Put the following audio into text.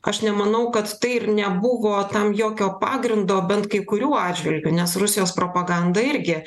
aš nemanau kad tai ir nebuvo tam jokio pagrindo bent kai kurių atžvilgiu nes rusijos propaganda irgi